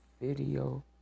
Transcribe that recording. video